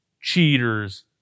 cheaters